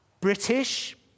British